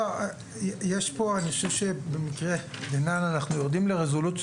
אני חושב שבמקרה דנן אנחנו יורדים לרזולוציות